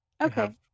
Okay